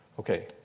Okay